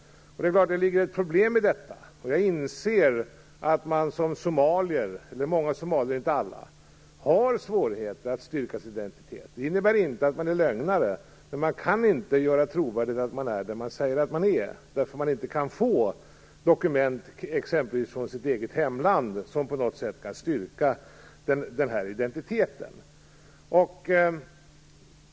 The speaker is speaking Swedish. Det är klart att det ligger ett problem i detta. Jag inser också att många somalier, inte alla, har svårigheter att styrka sin identitet. Det innebär inte att man är en lögnare. Men man kan inte göra trovärdigt att man är den man säger sig vara, när man exempelvis inte från sitt eget hemland kan få dokument som på något sätt kan styrka identiteten.